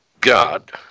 God